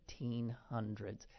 1800s